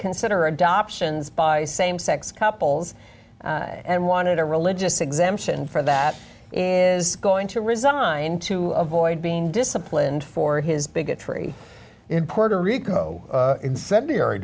consider adoptions by same sex couples and wanted a religious exemption for that is going to resign to avoid being disciplined for his bigotry in puerto rico incendiary